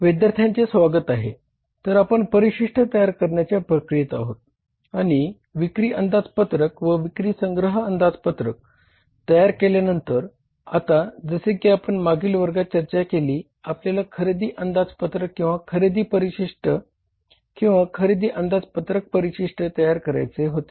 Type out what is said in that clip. विद्यार्थ्यांचे स्वागत आहे तर आपण परिशिष्ट तयार करायचे होते